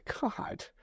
God